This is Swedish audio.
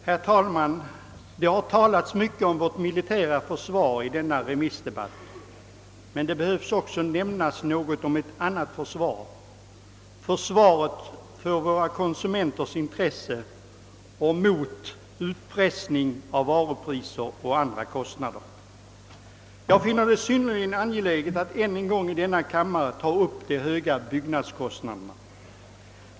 Herr talman! Det har talats mycket om vårt militära försvar i denna remissdebatt. Men det behöver också nämnas något om ett annat försvar, försvaret av våra konsumenters intresse och mot uppressning av varupriser och andra kostnader. Jag finner det synnerligen angeläget att än en gång i denna kammare ta upp frågan om de höga byggnadskostnaderna.